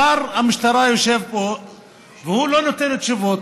שר המשטרה יושב פה והוא לא נותן תשובות.